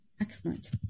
Excellent